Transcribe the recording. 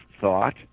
thought